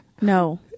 No